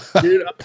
dude